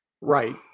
Right